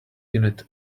unit